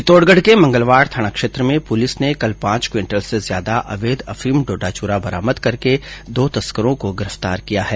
चित्तौड़गढ़ के मंगलवाड़ थाना क्षेत्र में पूलिस ने कल पांच क्विंटल से ज्यादा अवैध अफीम डोडाचूरा बरामद करके दो तस्करों को गिरफ्तार किया है